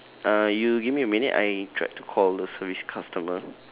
uh you give me a minute I try to call the service customer